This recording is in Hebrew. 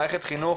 מערכת חינוך